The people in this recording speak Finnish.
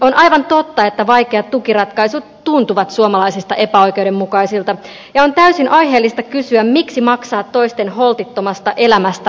on aivan totta että vaikeat tukiratkaisut tuntuvat suomalaisista epäoikeudenmukaisilta ja on täysin aiheellista kysyä miksi maksaa toisten holtittomasta elämästä aiheutunutta laskua